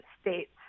states